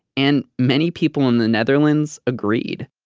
and many people in the netherlands agreed.